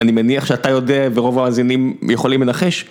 אני מניח שאתה יודע ורוב המאזינים יכולים לנחש.